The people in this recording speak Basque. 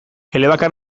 elebakar